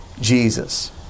Jesus